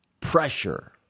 pressure